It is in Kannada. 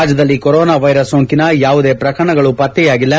ರಾಜ್ಯದಲ್ಲಿ ಕೋರೋನಾ ವೈರಸ್ ಸೋಂಕಿನ ಯಾವುದೇ ಪ್ರಕರಣಗಳು ಪತ್ತೆಯಾಗಿಲ್ಲ